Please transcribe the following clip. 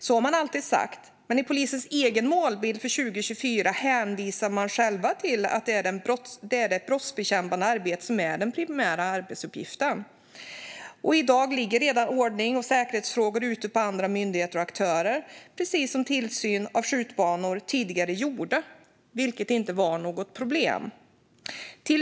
Så har man alltid sagt, men i polisens egen målbild för 2024 hänvisar de själva till att det är det brottsbekämpande arbetet som är den primära arbetsuppgiften. I dag ligger redan ordnings och säkerhetsfrågor ute på andra myndigheter och aktörer, precis som tillsyn av skjutbanor tidigare gjorde, vilket inte var något problem.